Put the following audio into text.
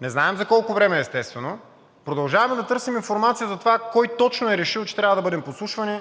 Не знаем за колко време, естествено. Продължаваме да търсим информация за това кой точно е решил, че трябва да бъдем подслушвани,